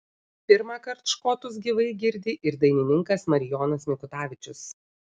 pirmąkart škotus gyvai girdi ir dainininkas marijonas mikutavičius